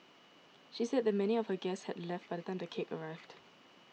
she said that many of her guests had left by the time the cake arrived